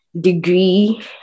degree